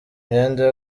imyenda